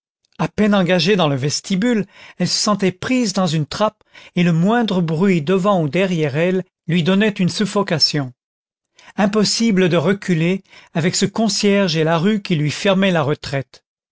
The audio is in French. a peine engagée dans le vestibule elle se sentait prise dans une trappe et le moindre bruit devant ou derrière elle lui donnait une suffocation impossible de reculer avec ce concierge et la rue qui lui fermait la retraite